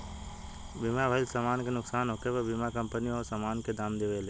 बीमा भइल समान के नुकसान होखे पर बीमा कंपनी ओ सामान के दाम देवेले